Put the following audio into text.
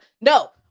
No